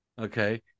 Okay